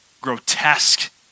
grotesque